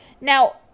Now